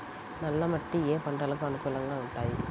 నల్ల మట్టి ఏ ఏ పంటలకు అనుకూలంగా ఉంటాయి?